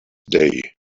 day